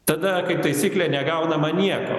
tada kaip taisyklė negaunama nieko